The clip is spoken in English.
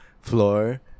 Floor